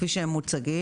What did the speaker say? כפי שהם מוצגים,